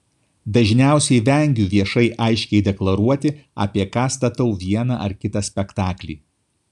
dažniausiai vengiu viešai aiškiai deklaruoti apie ką statau vieną ar kitą spektaklį